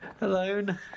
Alone